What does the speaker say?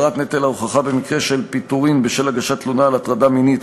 העברת נטל ההוכחה במקרה של פיטורין בשל הגשת תלונה על הטרדה מינית),